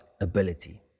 ability